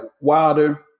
Wilder